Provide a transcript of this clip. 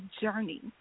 journey